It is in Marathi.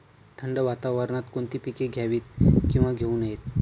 थंड वातावरणात कोणती पिके घ्यावीत? किंवा घेऊ नयेत?